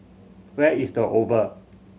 where is The Oval